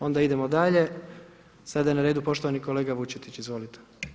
Onda idemo dalje, sada je na redu poštovani kolega Vučetić, izvolite.